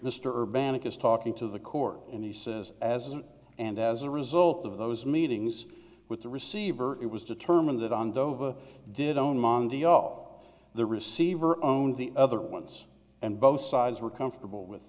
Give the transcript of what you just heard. talking to the court and he says as an and as a result of those meetings with the receiver it was determined that on dover did on monday all the receiver own the other ones and both sides were comfortable with